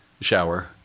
shower